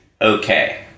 okay